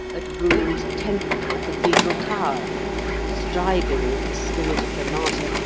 at ruined temple or cathedral tower striving, with the spirit of the martyr,